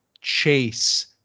chase